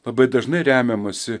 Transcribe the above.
labai dažnai remiamasi